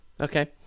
Okay